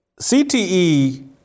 CTE